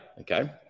Okay